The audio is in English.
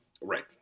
right